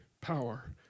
power